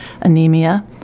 anemia